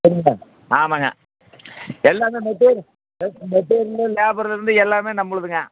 சரிங்களா ஆமாங்க எல்லாம் மெட்டீரி மெட்டீரியல்லேருந்து லேபர்லேருந்து எல்லாம் நம்மளுதுங்க